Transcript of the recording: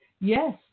yes